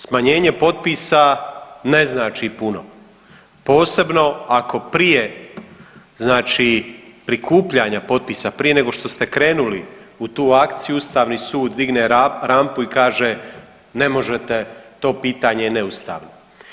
Smanjenje potpisa ne znači puno posebno ako prije znači prikupljanja potpisa, prije nego što ste krenuli u tu akciju Ustavni sud digne rampu i kaže ne možete, to pitanje je neustavno.